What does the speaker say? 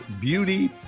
beauty